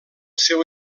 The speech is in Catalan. seu